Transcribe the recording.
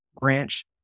branch